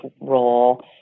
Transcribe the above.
role